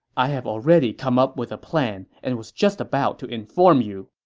i have already come up with a plan and was just about to inform you.